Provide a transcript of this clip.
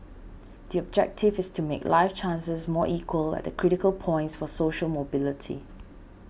the objective is to make life chances more equal at the critical points for social mobility